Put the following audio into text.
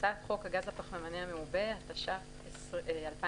"הצעת חוק הגז הפחמימני המעובה, התש"ף-2020